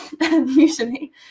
usually